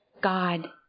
God